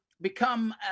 become